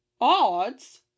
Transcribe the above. Odds